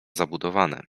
zabudowane